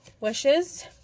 wishes